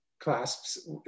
clasps